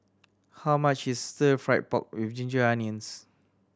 how much is Stir Fry pork with ginger onions